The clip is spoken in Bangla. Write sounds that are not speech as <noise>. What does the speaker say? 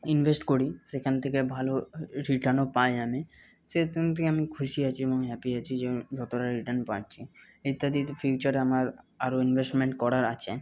ইনভেস্ট করি সেখান থেকে ভালো রিটার্নও পাই আমি সেই <unintelligible> আমি খুশি আছি আমি হ্যাপি আছি যে যতটা রিটার্ন পাচ্ছি ইত্যাদিতে ফিউচারে আমার আরও ইনভেস্টমেন্ট করার আছে